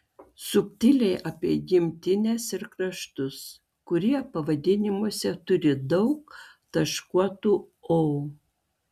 subtiliai apie gimtines ir kraštus kurie pavadinimuose turi daug taškuotų o